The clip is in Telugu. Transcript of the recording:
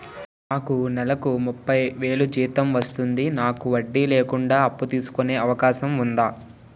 నాకు నేలకు ముప్పై వేలు జీతం వస్తుంది నాకు వడ్డీ లేకుండా అప్పు తీసుకునే అవకాశం ఉందా